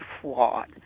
flawed